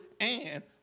and-